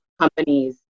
companies